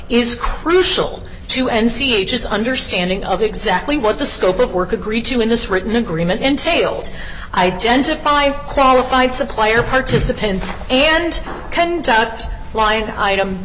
is crucial to end sieges understanding of exactly what the scope of work agreed to in this written agreement entailed identify qualified supplier participants and then tat line item